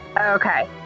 Okay